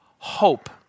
Hope